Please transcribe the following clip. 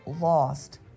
lost